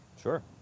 Sure